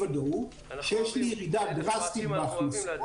ודאות כשיש לי ירידה דרסטית בהכנסות,